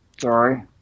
Sorry